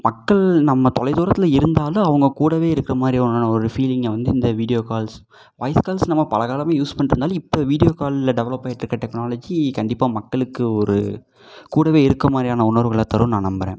மக்கள் நம்ம தொலைதூரத்தில் இருந்தாலும் அவங்க கூடவே இருக்கமாதிரியான ஒரு ஃபீலிங்கை வந்து இந்த வீடியோ கால்ஸ் வாய்ஸ் கால்ஸ் நம்ம பலகாலமாக யூஸ் பண்ணிகிட்டு இருந்தாலும் இப்போ வீடியோ காலில் டெவலப் ஆயிட்டு இருக்க டெக்னாலஜி கண்டிப்பாக மக்களுக்கு ஒரு கூடவே இருக்கமாதிரியான உணர்வுகளத்தருன்னு நான் நம்புகிறேன்